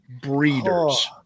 breeders